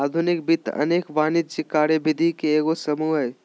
आधुनिक वित्त अनेक वाणिज्यिक कार्यविधि के एगो समूह हइ